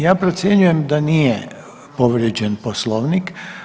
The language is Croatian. Ja procjenjujem da nije povrijeđen Poslovnik.